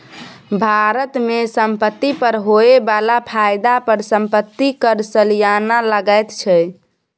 भारत मे संपत्ति पर होए बला फायदा पर संपत्ति कर सलियाना लगैत छै